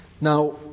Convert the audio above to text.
Now